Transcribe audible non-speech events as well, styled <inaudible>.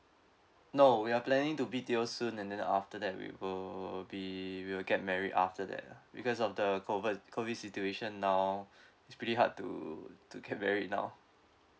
no we are planning to B_T_O soon and then after that we will be we will get married after that lah because of the cove~ COVID situation now it's pretty hard to to get <laughs> married now